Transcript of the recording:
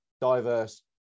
diverse